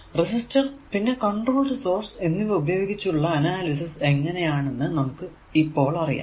resistor പിന്നെ controlled source എന്നിവ ഉപയോഗിച്ചുള്ള അനാലിസിസ് എങ്ങനെയാണെന്ന് നമുക്ക് ഇപ്പോൾ അറിയാം